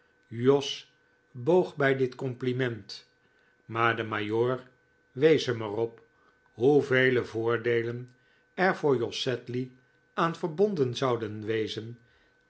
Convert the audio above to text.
jos boog bij dit compliment maar de majoor wees hem er op hoevele voordeelen er voor jos sedley aan verbonden zouden wezen